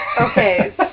Okay